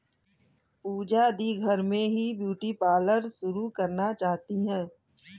पूजा दी घर में ही ब्यूटी पार्लर शुरू करना चाहती है